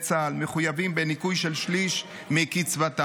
צה"ל מחויבים בניכוי של שליש מקצבתם.